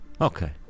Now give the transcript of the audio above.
okay